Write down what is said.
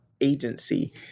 agency